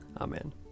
Amen